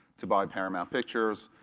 to buy paramount pictures.